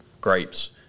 grapes